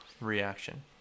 reaction